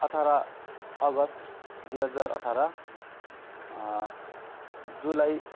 अठार अगस्त दुई हजार अठार जुलाई